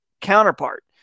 counterpart